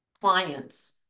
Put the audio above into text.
clients